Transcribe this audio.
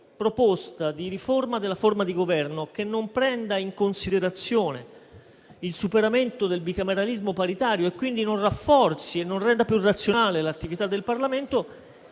proposta di riforma della forma di Governo che non prenda in considerazione il superamento del bicameralismo paritario, e quindi non rafforzi e non renda più razionale l'attività del Parlamento,